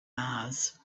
mars